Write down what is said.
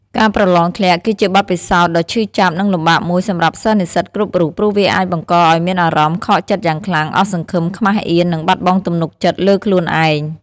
ការប្រឡងធ្លាក់ គឺជាបទពិសោធន៍ដ៏ឈឺចាប់ និងលំបាកមួយសម្រាប់សិស្សនិស្សិតគ្រប់រូប ព្រោះវាអាចបង្កឲ្យមានអារម្មណ៍ ខកចិត្តយ៉ាងខ្លាំង អស់សង្ឃឹម ខ្មាសអៀន និងបាត់បង់ទំនុកចិត្តលើខ្លួនឯង។